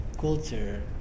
culture